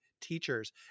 teachers